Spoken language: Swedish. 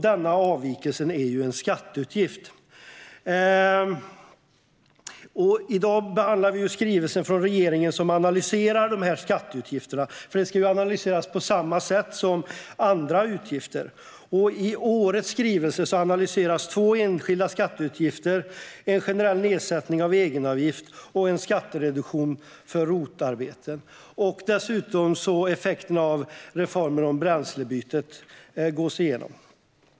Denna avvikelse är en skatteutgift. I dag behandlar vi skrivelsen från regeringen som analyserar dessa skatteutgifter. De ska analyseras på samma sätt som andra utgifter. I årets skrivelse analyseras två enskilda skatteutgifter: en generell nedsättning av egenavgiften och en skattereduktion för ROT-arbeten. Även effekterna av reformen Bränslebytet gås igenom.